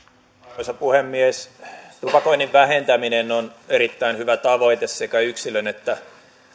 arvoisa puhemies tupakoinnin vähentäminen on erittäin hyvä tavoite sekä yksilön että